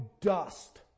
dust